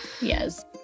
Yes